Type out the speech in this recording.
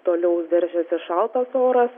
toliau veržiasi šaltas oras